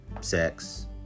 sex